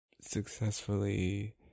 successfully